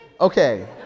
Okay